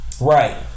Right